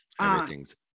Everything's